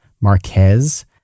Marquez